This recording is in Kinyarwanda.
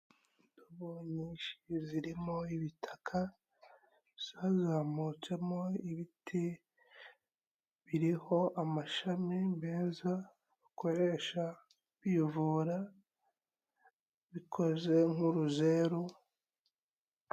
Indubo nyinshi zirimo ibitaka, zazamutsemo ibiti biriho amashami meza bakoresha bivura, bikoze nk'uruzeru.